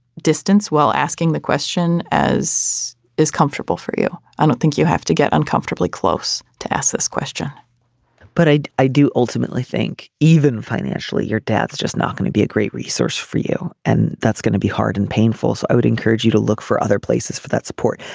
distance while asking the question as is comfortable for you. i don't think you have to get uncomfortably close to ask this question but i i do ultimately think even financially your dad's just not going to be a great resource for you and that's going to be hard and painful so i would encourage you to look for other places for that support.